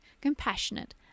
compassionate